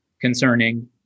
concerning